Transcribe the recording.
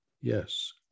Yes